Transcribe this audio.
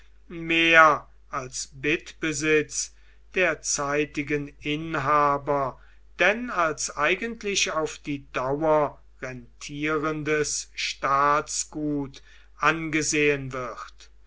mehr als bittbesitz der zeitigen inhaber denn als eigentlich auf die dauer rentierendes staatsgut angesehen wird